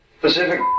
Pacific